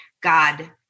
God